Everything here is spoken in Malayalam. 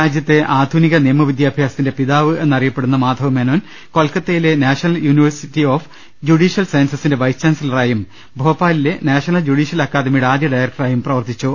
രാജ്യത്തെ ആധുനിക നിയമ വിദ്യാ ഭ്യാസത്തിന്റെ പിതാവ് എന്ന് അറിയപ്പെടുന്ന മാധവമേനോൻ കൊൽക്കത്തയിലെ national university of judicial Sayan സസിന്റെ vice ചാൻസ ലറായും ഭോപ്പാലിലെ national judicial അക്കാദമിയുടെ ആദ്യ ഡയറക്ട റായും പ്രവർത്തിച്ചു